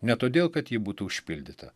ne todėl kad ji būtų užpildyta